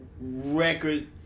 record